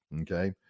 Okay